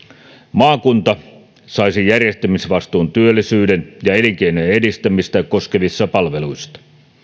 maakunta saisi järjestämisvastuun työllisyyden ja elinkeinojen edistämistä koskevissa palveluissa